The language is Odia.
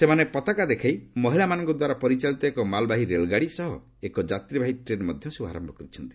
ସେମାନେ ପତାକା ଦେଖାଇ ମହିଳାମାନଙ୍କଦ୍ୱାରା ପରିଚାଳିତ ଏକ ମାଲବାହୀ ରେଳଗାଡ଼ି ସହ ଏକ ଯାତ୍ରିବାହୀ ଟ୍ରେନ୍ ମଧ୍ୟ ଶୁଭାରମ୍ଭ କରିଛନ୍ତି